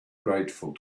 grateful